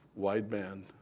wideband